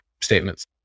statements